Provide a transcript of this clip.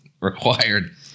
required